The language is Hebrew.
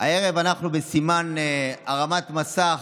הערב אנחנו בסימן הרמת מסך,